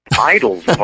idols